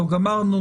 לא גמרנו,